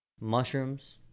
mushrooms